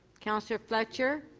councillor fletcher.